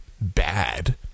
bad